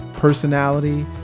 personality